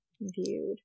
viewed